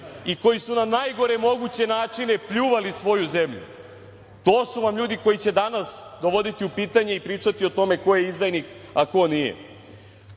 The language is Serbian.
i koji su najgore moguće načine pljuvali svoju zemlju. To su vam ljudi koji će danas dovoditi u pitanje i pričati o tome ko je izdajnik, a ko nije.